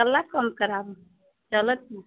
किआ कम करायब चलथि ने